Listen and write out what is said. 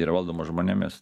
yra valdomas žmonėmis